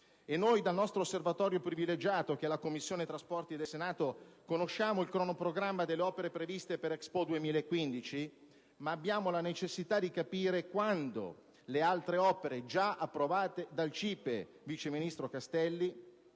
E noi che dal nostro osservatorio privilegiato, che è l'8a Commissione Senato, conosciamo il cronoprogramma delle opere previste per l'Expo 2015, abbiamo la necessità di capire quando le altre opere, già approvate dal CIPE, vice ministro Castelli,